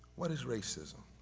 what is racism?